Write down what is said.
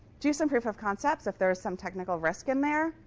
do some proof of concepts. if there's some technical risk in there.